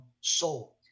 soul